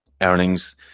earnings